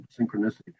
synchronicity